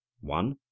one